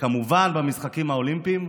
וכמובן במשחקים האולימפיים,